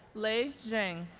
lei zhang